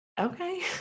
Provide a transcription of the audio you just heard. Okay